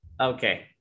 Okay